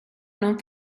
non